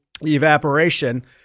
evaporation